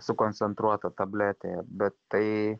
sukoncentruota tabletėje bet tai